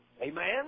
Amen